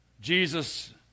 Jesus